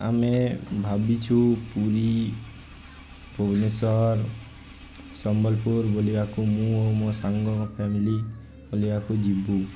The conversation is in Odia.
ଆମେ ଭାବିଛୁ ପୁରୀ ଭୁବନେଶ୍ୱର ସମ୍ବଲପୁର ବୁଲିବାକୁ ମୁଁ ଓ ମୋ ସାଙ୍ଗଙ୍କ ଫ୍ୟାମିଲି ବୁଲିବାକୁ ଯିବୁ